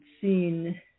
seen